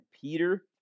Peter